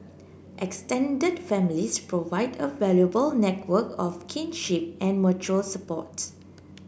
extended families provide a valuable network of kinship and mutual support